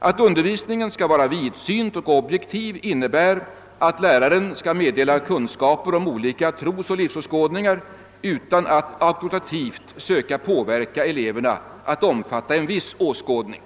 Att undervisningen skall vara vidsynt och objektiv innebär att läraren skall meddela kunskaper om olika trosoch livsåskådningar utan att auktoritativt försöka påverka eleverna att omfatta en viss åskådning.